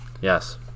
yes